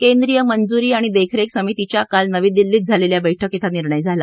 केंद्रीय मंजुरी आणि देखरेख समितीच्या काल दिल्लीत झालेल्या बैठकीत हा निर्णय झाला